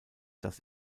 das